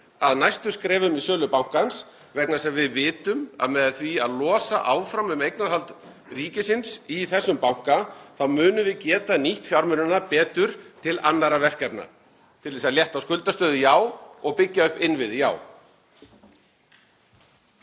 að næstu skrefum í sölu bankans vegna þess að við vitum að með því að losa áfram um eignarhald ríkisins í þessum banka þá munum við geta nýtt fjármunina betur til annarra verkefna, til að létta á skuldastöðu, já, og til að byggja upp innviði, já.